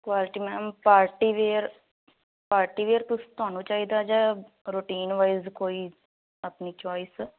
quality ma'am party wear party wear ਤੁਸੀਂ ਤੁਹਾਨੂੰ ਚਾਹੀਦਾ ਜਾਂ ਰੂਟੀਨ ਵਾਈਜ਼ ਕੋਈ ਆਪਣੀ ਚੋਇਸ